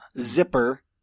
Zipper